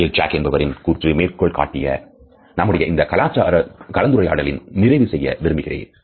Rachel Jack என்பவரின் கூற்று மேற்கோள்காட்டி நம்முடைய இந்த கலந்துரையாடலை நிறைவு செய்ய விரும்புகிறேன்